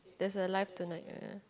there's a live tonight